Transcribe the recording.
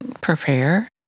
prepare